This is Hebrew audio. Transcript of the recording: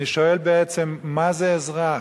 אני שואל בעצם מה זה אזרח,